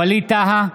טאהא,